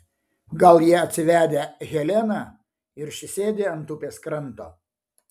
gal jie atsivedę heleną ir ši sėdi ant upės kranto